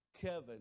Kevin